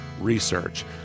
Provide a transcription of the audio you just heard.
research